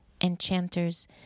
enchanters